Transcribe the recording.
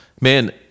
man